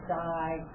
die